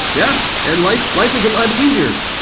yeah. and like life is a lot easier.